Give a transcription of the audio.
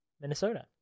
minnesota